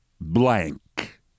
blank